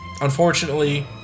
unfortunately